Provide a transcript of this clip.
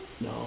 no